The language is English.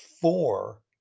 four